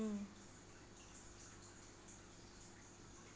mm